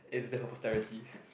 is the